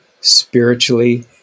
spiritually